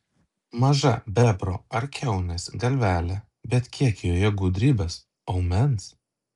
maža bebro ar kiaunės galvelė bet kiek joje gudrybės aumens